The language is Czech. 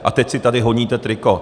A teď si tady honíte triko.